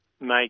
make